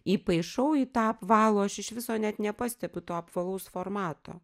įpaišau į tą apvalų aš iš viso net nepastebiu to apvalaus formato